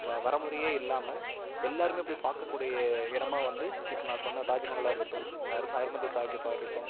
வரைமுறையே இல்லாமல் எல்லாருமே போய் ஒரு பார்க்ககூடிய இடமாக வந்து இப்போ நான் சொன்ன தாஜ்மஹால்லா இருக்கட்டும் இந்த ஹர் ஹர்முகுந்த ஷாகிர்ப்பா இருக்கட்டும்